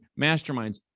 masterminds